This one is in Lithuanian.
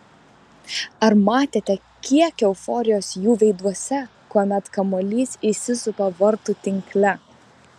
ar matėte kiek euforijos jų veiduose kuomet kamuolys įsisupa vartų tinkle